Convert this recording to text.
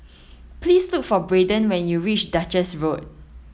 please look for Brayden when you reach Duchess Road